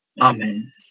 Amen